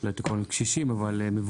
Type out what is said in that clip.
לא הייתי קורא קשישים, אבל מבוגרים.